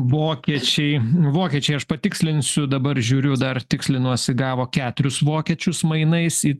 vokiečiai vokiečiai aš patikslinsiu dabar žiūriu dar tikslinuosi gavo keturis vokiečius mainais į